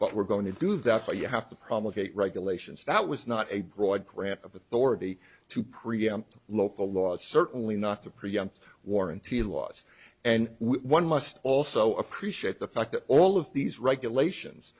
but we're going to do that but you have to probably hate regulations that was not a broad grant of authority to preempt local law it's certainly not to preempt warranty laws and one must also appreciate the fact that all of these regulations